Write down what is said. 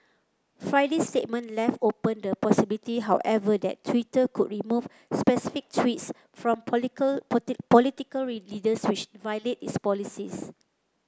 Friday's statement left open the possibility however that Twitter could remove specific tweets from political leaders which violate its policies